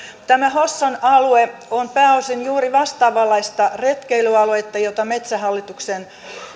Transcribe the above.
tämä hossan alue on pääosin juuri vastaavanlaista retkeilyaluetta jota metsähallituksen